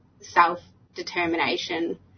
self-determination